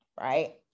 right